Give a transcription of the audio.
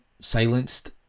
silenced